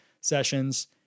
sessions